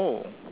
oh